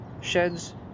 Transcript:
sheds